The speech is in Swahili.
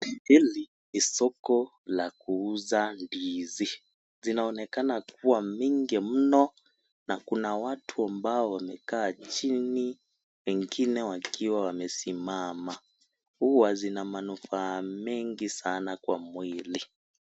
Hili ni soko la kuuza ndizi zinaonekana kuwa mingi mno na kuna watu ambao wamekaa chini na wengine wamesimama huwa zina manufaa mengi sana kwa mwili.